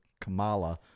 Kamala